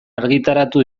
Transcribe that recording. argitaratu